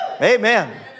Amen